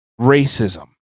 racism